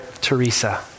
Teresa